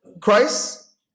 Christ